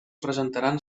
presentaran